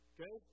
Okay